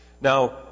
Now